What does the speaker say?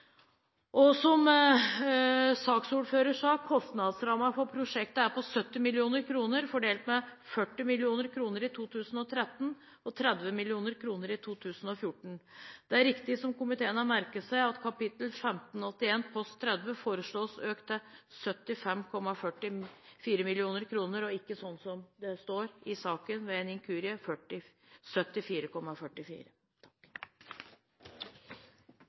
2014. Som saksordføreren sa, er kostnadsrammen for prosjektet 70 mill. kr, fordelt med 40 mill. kr i 2013 og 30 mill. kr i 2014. Det er riktig som komiteen har merket seg at kap. 1581, post 30, foreslås økt til 75,44 mill. kr, og ikke – som det står i saken ved en inkurie – 74,44